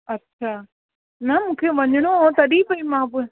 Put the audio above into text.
अछा न मूंखे वञिणो हो तॾहिं पई मां